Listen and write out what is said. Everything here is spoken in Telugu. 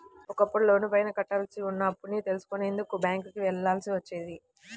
ఒకప్పుడు లోనుపైన కట్టాల్సి ఉన్న అప్పుని తెలుసుకునేందుకు బ్యేంకుకి వెళ్ళాల్సి వచ్చేది